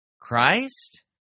Christ